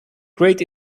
great